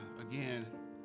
again